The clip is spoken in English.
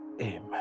Amen